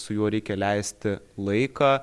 su juo reikia leisti laiką